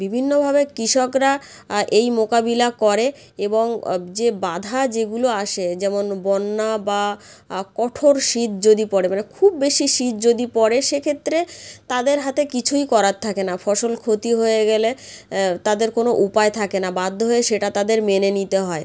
বিভিন্নভাবে কৃষকরা এই মোকাবিলা করে এবং যে বাধা যেগুলো আসে যেমন বন্যা বা কঠোর শীত যদি পড়ে মানে খুব বেশি শীত যদি পড়ে সেক্ষেত্রে তাদের হাতে কিছুই করার থাকে না ফসল ক্ষতি হয়ে গেলে তাদের কোনো উপায় থাকে না বাধ্য হয়ে সেটা তাদের মেনে নিতে হয়